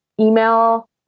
email